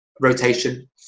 rotation